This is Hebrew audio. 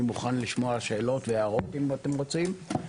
אני מוכן לשמוע שאלות והערות אם אתם רוצים.